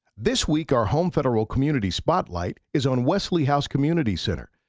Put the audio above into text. this week our home federal community spotlight. is on wesley house community center.